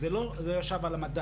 הוא לא ישב על המדף.